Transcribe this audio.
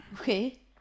Okay